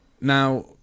Now